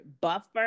buffer